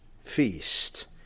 feast